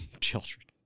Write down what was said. Children